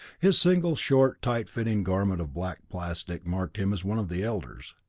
his single short, tight-fitting garment of black plastic marked him as one of the elders.